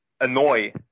annoy